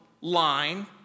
line